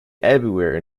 everywhere